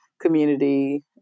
community